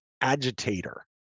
agitator